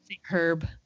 herb